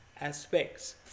aspects